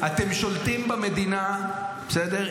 אתם שולטים במדינה, בסדר?